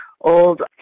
old